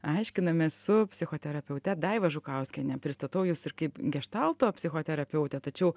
aiškinamės su psichoterapeute daiva žukauskiene pristatau jus ir kaip geštalto psichoterapeutę tačiau